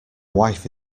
wife